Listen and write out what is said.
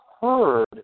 heard